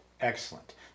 Excellent